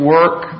work